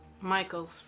Michael's